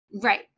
Right